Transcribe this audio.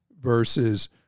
versus